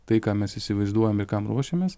tai ką mes įsivaizduojam ir kam ruošiamės